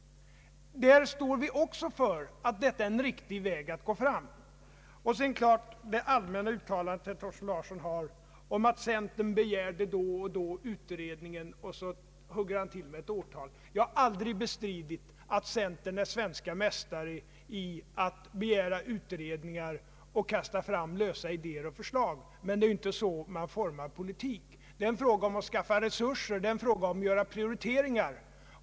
Vi står också för att detta är en riktig väg att gå fram. Beträffande herr Thorsten Larssons allmänna uttalande om att centern då och då begärde utredningen — och så hugger han till med ett årtal — vill jag säga att jag aldrig har bestridit att centern är svensk mästare i fråga om att begära utredningar och att kasta fram lösa idéer och förslag. Men det är ju inte så man formar politik. Här är det fråga om att skaffa resurser och att göra prioriteringar.